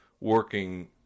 working